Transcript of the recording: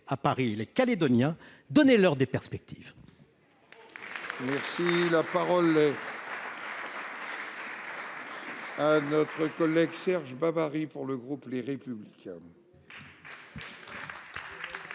à Paris les Calédoniens et donnez-leur des perspectives